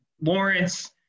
Lawrence –